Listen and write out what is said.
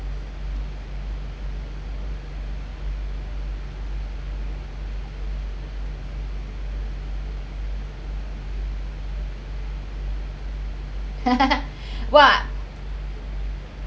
!wah!